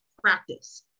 practice